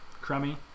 crummy